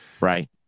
right